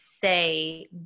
say